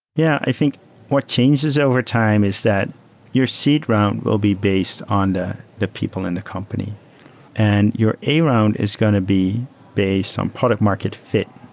yeah. i think what changes overtime is that your seed round will be based on the the people in the company and you're a round is going to be based on product market fi t.